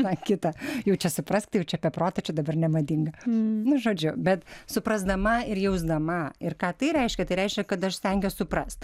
tą kitą jau čia suprask tai jau čia apie protą čia dabar nemadinga nu žodžiu bet suprasdama ir jausdama ir ką tai reiškia tai reiškia kad aš stengiuos suprast